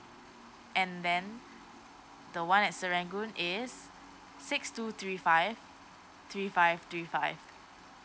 and then the one at serangoon is six two three five three five three five